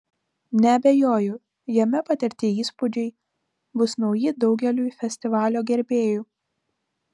neabejoju jame patirti įspūdžiai bus nauji daugeliui festivalio gerbėjų